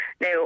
Now